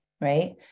Right